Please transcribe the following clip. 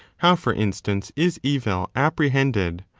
how, for instance, is evil apprehended,